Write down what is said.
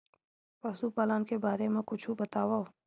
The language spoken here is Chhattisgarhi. पशुपालन के बारे मा कुछु बतावव?